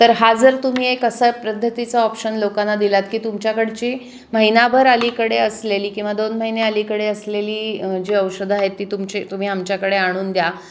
तर हा जर तुम्ही एक असा पद्धतीचा ऑप्शन लोकांना दिलात की तुमच्याकडची महिनाभर अलीकडे असलेली किंवा दोन महिने अलीकडे असलेली जी औषधं आहेत ती तुमची तुम्ही आमच्याकडे आणून द्या